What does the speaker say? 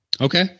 Okay